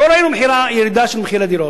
לא ראינו ירידה של מחירי דירות,